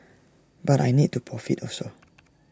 but I need to profit also